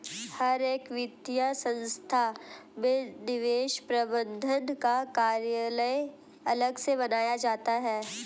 हर एक वित्तीय संस्था में निवेश प्रबन्धन का कार्यालय अलग से बनाया जाता है